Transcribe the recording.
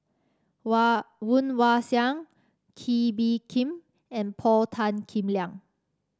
Wah Woon Wah Siang Kee Bee Khim and Paul Tan Kim Liang